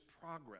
progress